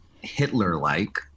Hitler-like